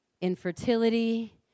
infertility